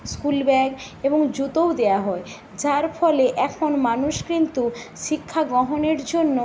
school bag এবং জুতোও দেওয়া হয় যার ফলে এখন মানুষ কিন্তু শিক্ষা গ্রহণের জন্য